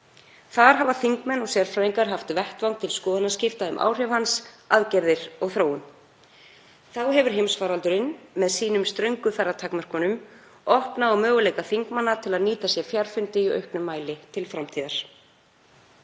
Þar hafa þingmenn og sérfræðingar haft vettvang til skoðanaskipta um áhrif hans, aðgerðir og þróun. Þá hefur heimsfaraldurinn, með sínum ströngu ferðatakmörkunum, opnað á möguleika þingmanna til að nýta sér fjarfundi í auknum mæli til framtíðar.